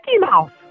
Mouse